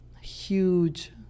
huge